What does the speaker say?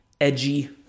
edgy